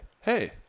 hey